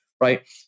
right